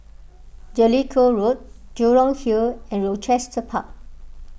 Jellicoe Road Jurong Hill and Rochester Park